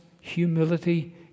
humility